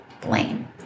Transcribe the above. blame